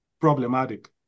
problematic